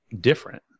different